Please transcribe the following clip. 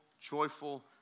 joyful